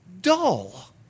dull